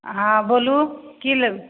हँ बोलू कि लेब